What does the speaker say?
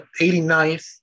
89th